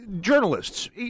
journalists